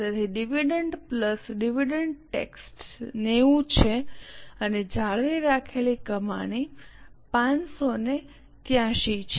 તેથી dividend plus dividend tax 90 છે અને જાળવી રાખેલી કમાણી 583 છે